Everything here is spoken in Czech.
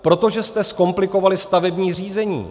Protože jste zkomplikovali stavební řízení.